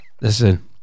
Listen